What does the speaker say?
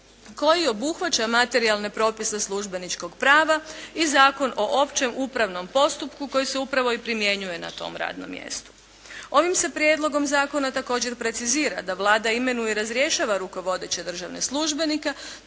koji obuhvaća materijalne propise službeničkog prava i Zakon o općem upravnom postupku koji se upravo i primjenjuje na tom radnom mjestu. Ovim se prijedlogom zakona također precizira da Vlada imenuje i razrješava rukovodeće državne službenike,